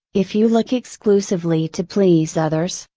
if you look exclusively to please others,